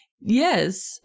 Yes